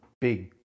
big